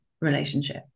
relationship